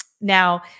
Now